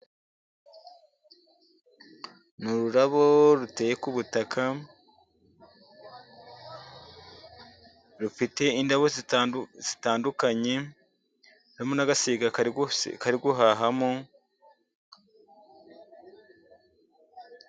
Ni ururabo ruteye k'ubutaka rufite indabo zitandukanye, harimo n'agasiga kari guhahamo.